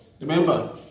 Remember